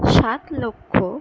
সাত লক্ষ